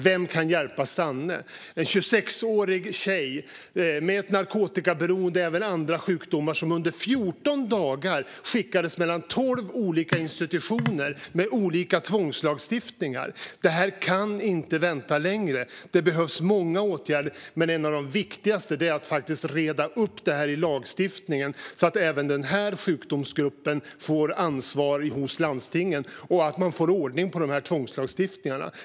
Det handlade om 29-åriga Sanne som hade ett narkotikaberoende och andra sjukdomar. Under 14 dagar skickades hon mellan tolv olika institutioner med olika tvångslagstiftningar. Detta kan inte vänta längre. Det behövs många åtgärder, men något av det viktigaste är att reda upp det här i lagstiftningen så att landstingen får ansvaret även för denna grupp och så att man får ordning på tvångslagstiftningarna.